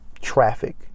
traffic